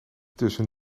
tussen